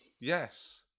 yes